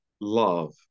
love